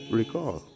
recall